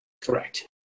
Correct